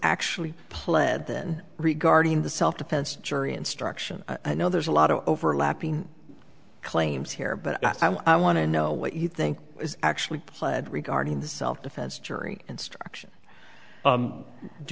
actually pled then regarding the self defense jury instruction i know there's a lot of overlapping claims here but i want to know what you think is actually pled regarding this self defense jury instruction